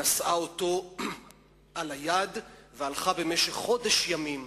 נשאה אותו בידיה והלכה במשך חודש ימים,